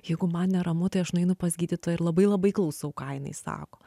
jeigu man neramu tai aš nueinu pas gydytoją ir labai labai klausau ką jinai sako